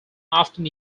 often